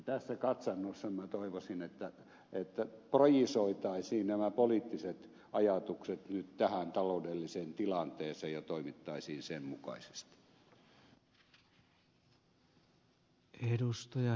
tässä katsannossa minä toivoisin että projisoitaisiin nämä poliittiset ajatukset nyt tähän taloudelliseen tilanteeseen ja toimittaisiin sen mukaisesti